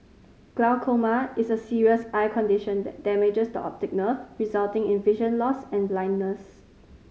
glaucoma is a serious eye condition that damages the optic nerve resulting in vision loss and blindness